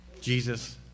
Jesus